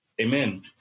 Amen